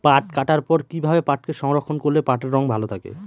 পাট কাটার পর কি ভাবে পাটকে সংরক্ষন করলে পাটের রং ভালো থাকে?